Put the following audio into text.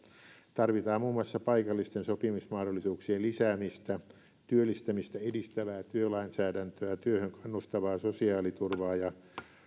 tarvitaan muun muassa paikallisten sopimismahdollisuuksien lisäämistä työllistämistä edistävää työlainsäädäntöä työhön kannustavaa sosiaaliturvaa ja